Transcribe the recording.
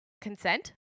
consent